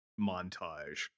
montage